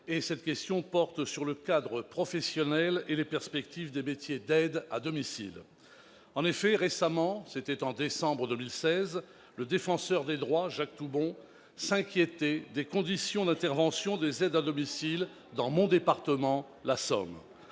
et porte sur le cadre professionnel et les perspectives des métiers d'aide à domicile. Récemment, au mois de décembre 2016, le Défenseur des droits, M. Jacques Toubon, s'inquiétait des conditions d'intervention des aides à domicile dans mon département, la Somme.